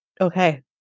Okay